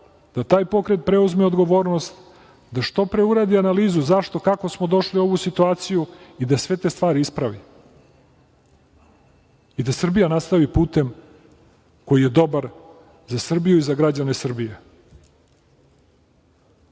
da taj pokret preuzme odgovornost, da što pre uradi analizu zašto, kako smo došli u ovu situaciju i da sve te stvari ispravi i da Srbija nastavi putem koji je dobar za Srbiju i za građane Srbije.